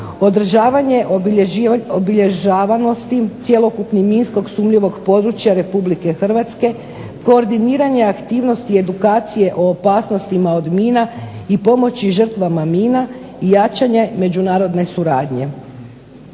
Održavanje, obilježavanosti cjelokupnog minski sumnjivog područja Republike Hrvatske, koordiranje aktivnosti i edukacije o opasnostima od mina i pomoći žrtvama mina i jačanja međunarodne suradnje.